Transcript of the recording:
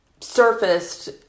surfaced